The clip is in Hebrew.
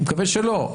אני מקווה שלא,